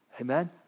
Amen